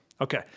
Okay